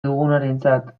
dugunarentzat